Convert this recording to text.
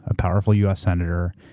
ah powerful u. s. senator,